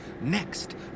Next